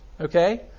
okay